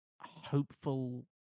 hopeful